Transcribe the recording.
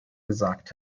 gesagt